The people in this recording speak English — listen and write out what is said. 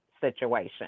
situation